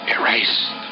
Erase